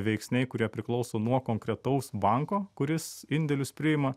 veiksniai kurie priklauso nuo konkretaus banko kuris indėlius priima